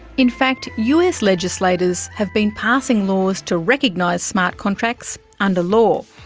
in fact us legislators have been passing laws to recognise smart contracts under law.